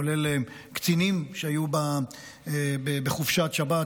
כולל קצינים שהיו בחופשת שבת,